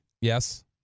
Yes